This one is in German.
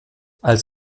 als